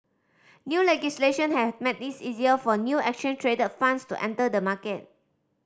new legislation has made it easier for new exchange traded funds to enter the market